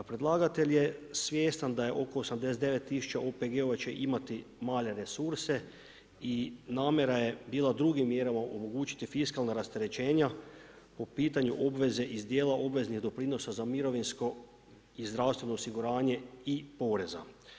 Predlagatelj je svjestan da je oko 89000 OPG-ova će imati male resurse i namjera je bila drugim mjerama omogućiti fiskalna rasterećenja po pitanju obveze iz dijela obveznih doprinosa za mirovinsko i zdravstveno osiguranje i poreza.